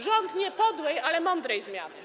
Rząd nie podłej, ale mądrej zmiany.